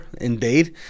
indeed